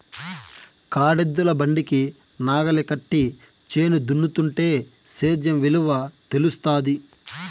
కాడెద్దుల బండికి నాగలి కట్టి చేను దున్నుతుంటే సేద్యం విలువ తెలుస్తాది